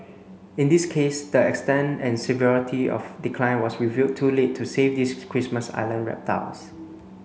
in this case the extent and severity of decline was revealed too late to save these Christmas Island reptiles